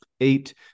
eight